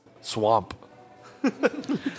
swamp